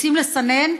רוצים לסנן?